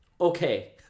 Okay